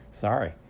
sorry